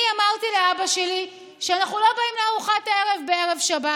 אני אמרתי לאבא שלי שאנחנו לא באים לארוחת ערב בערב שבת.